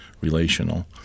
relational